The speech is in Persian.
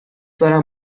دارم